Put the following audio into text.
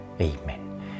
Amen